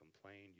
complain